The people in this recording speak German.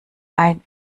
ein